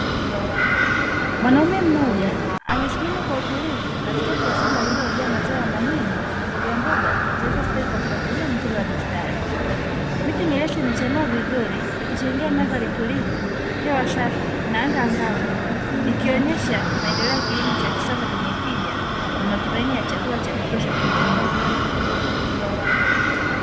Mwanaume mmoja, amesimama kwa utulivu katikati ya shamba lililojaa mazao ya mahindi na mbogamboga zilizostawi kwa mpangilio mzuri wa mistari, miti mirefu imechanua vizuri ikichangia mandhari tulivu, hewa safi na anga angavu, ikionyesha maendeleo ya kilimo cha kisasa chenye tija na matumaini ya chakula cha kutosha kwa jamii.